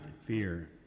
fear